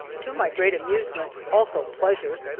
to my great amusement, also pleasure.